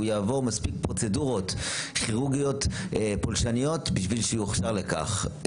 הוא יעבור מספיק פרוצדורות כירורגיות פולשניות בשביל שיוכשר לכך.